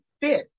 fit